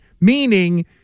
Meaning